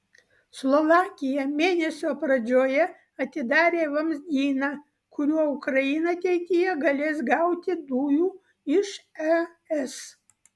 slovakija mėnesio pradžioje atidarė vamzdyną kuriuo ukraina ateityje galės gauti dujų iš es